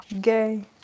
Gay